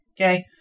Okay